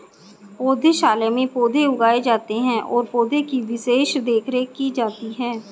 पौधशाला में पौधे उगाए जाते हैं और पौधे की विशेष देखरेख की जाती है